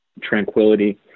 tranquility